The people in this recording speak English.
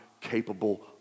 capable